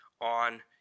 on